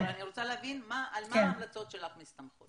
אני רוצה להבין על מה ההמלצות שלך מסתמכות.